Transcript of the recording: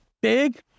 big